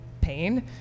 pain